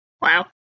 Wow